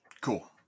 Cool